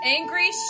Angry